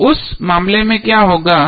तो उस मामले में क्या होगा